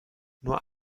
nur